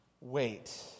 wait